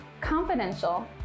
confidential